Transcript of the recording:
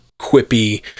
quippy